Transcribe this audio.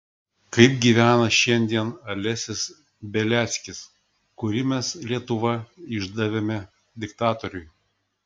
kaip gyvena šiandien alesis beliackis kurį mes lietuva išdavėme diktatoriui